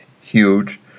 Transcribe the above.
huge